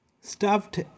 stuffed